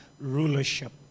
rulership